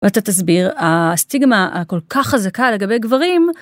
ואתה תסביר, הסטיגמה הכל כך חזקה לגבי גברים.